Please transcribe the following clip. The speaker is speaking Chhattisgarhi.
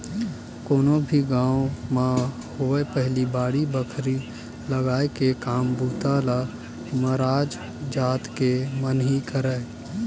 कोनो भी गाँव म होवय पहिली बाड़ी बखरी लगाय के काम बूता ल मरार जात के मन ही करय